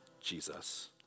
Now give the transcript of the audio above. Jesus